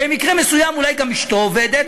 במקרה מסוים אולי גם אשתו עובדת,